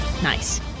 Nice